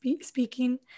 speaking